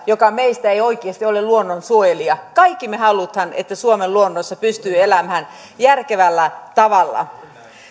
joka meistä ei oikeasti ole luonnonsuojelija kaikki me haluamme että suomen luonnossa pystyy elämään järkevällä tavalla